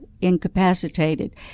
incapacitated